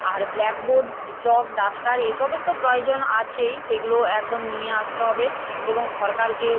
আর blackboard chalk duster এসবের তো প্রয়োজন আছেই সেগুলো একদম নিয়ে আসতে হবে এবং সরকারকে